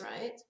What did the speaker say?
right